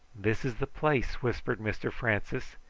this is the place, whispered mr francis.